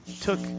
took